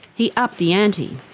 he upped the ante.